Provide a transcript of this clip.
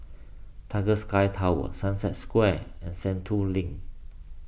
Tiger Sky Tower Sunset Square and Sentul Link